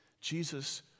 Jesus